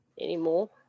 anymore